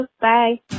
bye